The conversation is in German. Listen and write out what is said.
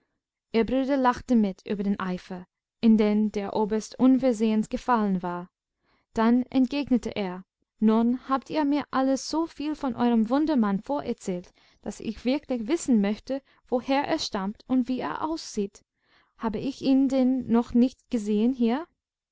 ihr bruder lachte mit über den eifer in den der oberst unversehens gefallen war dann entgegnete er nun habt ihr mir alle so viel von eurem wundermann vorerzählt daß ich wirklich wissen möchte woher er stammt und wie er aussieht habe ich ihn denn noch nicht gesehen hier